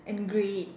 and great